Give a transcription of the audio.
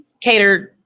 catered